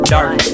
Dark